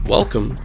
Welcome